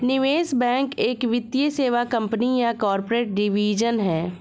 निवेश बैंक एक वित्तीय सेवा कंपनी या कॉर्पोरेट डिवीजन है